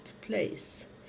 place